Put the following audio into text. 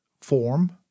form